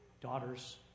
Daughters